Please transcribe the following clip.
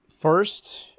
first